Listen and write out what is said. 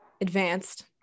advanced